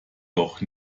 doch